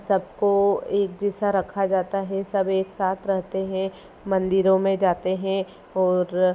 सबको एक जैसा रखा जाता है सब एक साथ रहते हैं मंदिरों में जाते हैं और